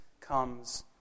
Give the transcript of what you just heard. comes